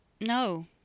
no